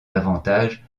davantage